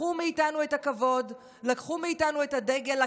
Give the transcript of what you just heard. לקחו מאיתנו את הכבוד, לקחו מאיתנו את הדגל.